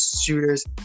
shooters